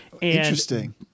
Interesting